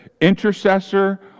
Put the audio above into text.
intercessor